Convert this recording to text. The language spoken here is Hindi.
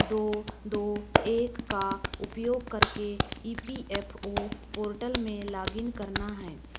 दो दो एक का उपयोग करके E P F O portal में लॉगिन करना है